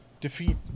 defeat